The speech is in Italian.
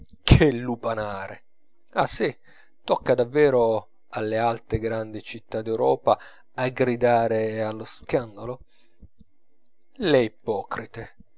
che lupanare ah sì tocca davvero alle altre grandi città d'europa a gridare allo scandalo le ipocrite